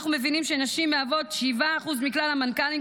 אנחנו מבינים שנשים מהוות 7% מכלל המנכ"לים,